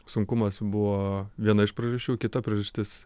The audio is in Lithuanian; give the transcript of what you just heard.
sunkumas buvo viena iš priežasčių kita priežastis